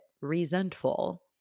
resentful